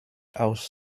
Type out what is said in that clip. aus